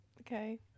Okay